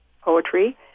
poetry